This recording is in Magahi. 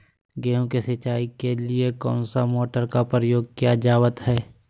गेहूं के सिंचाई के लिए कौन सा मोटर का प्रयोग किया जावत है?